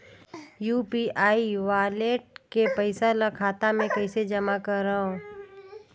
UPI wallet के पईसा ल खाता मे कइसे जमा करव?